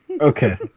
Okay